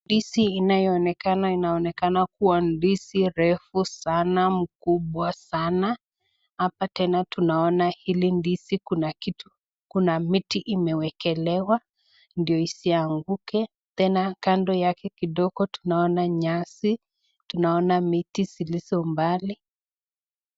Ndizi inayoonekana inaonekana kuwa ndizi refu sana mkubwa sana. Hapa tena tunaona hili ndizi kuna kitu. kuna miti imewekelewa ,ndio isianguke tena kando yake huko tunaona nyasi, tunaona miti zilizo mbali.